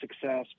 success